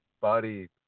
body